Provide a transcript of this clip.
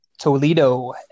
Toledo